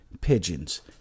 Pigeons